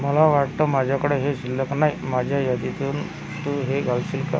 मला वाटतं माझ्याकडे हे शिल्लक नाही माझ्या यादीतून तू हे घालशील का